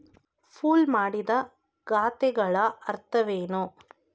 Pool ಮಾಡಿದ ಖಾತೆಗಳ ಅರ್ಥವೇನು?